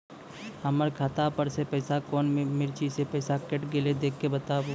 हमर खाता पर से पैसा कौन मिर्ची मे पैसा कैट गेलौ देख के बताबू?